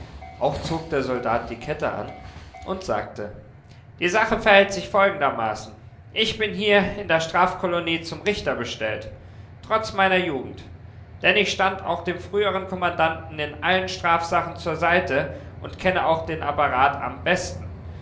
auch zog der soldat die kette an und sagte die sache verhält sich folgendermaßen ich bin hier in der strafkolonie zum richter bestellt trotz meiner jugend denn ich stand auch dem früheren kommandanten in allen strafsachen zur seite und kenne auch den apparat am besten